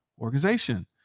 organization